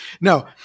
No